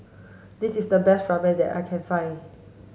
this is the best Ramen that I can find